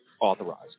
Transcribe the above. authorized